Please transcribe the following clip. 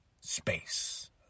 space